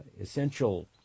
essential